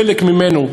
חלק מזה,